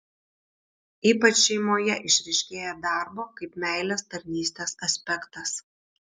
ypač šeimoje išryškėja darbo kaip meilės tarnystės aspektas